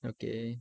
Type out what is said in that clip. okay